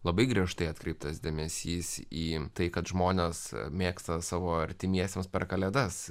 labai griežtai atkreiptas dėmesys į tai kad žmonės mėgsta savo artimiesiems per kalėdas